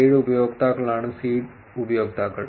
7 ഉപയോക്താക്കളാണ് സീഡ് ഉപയോക്താക്കൾ